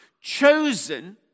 Chosen